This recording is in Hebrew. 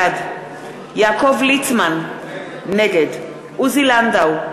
בעד יעקב ליצמן, נגד עוזי לנדאו,